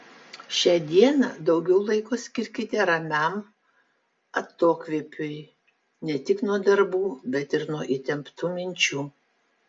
šią dieną daugiau laiko skirkite ramiam atokvėpiui ne tik nuo darbų bet ir nuo įtemptų minčių